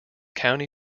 county